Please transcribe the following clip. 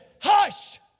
hush